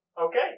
Okay